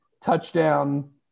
Touchdown